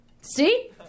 See